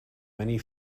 many